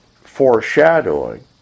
foreshadowing